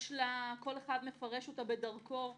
כל אחד מפרש אותה בדרכו.